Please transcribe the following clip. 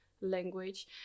language